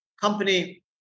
company